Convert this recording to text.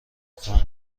تون